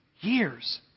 years